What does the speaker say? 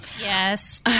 yes